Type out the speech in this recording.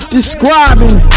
describing